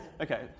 Okay